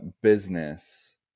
business